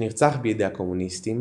שנרצח בידי הקומוניסטים,